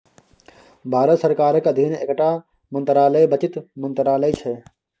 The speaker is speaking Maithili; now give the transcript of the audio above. भारत सरकारक अधीन एकटा मंत्रालय बित्त मंत्रालय छै